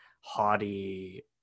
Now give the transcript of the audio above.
haughty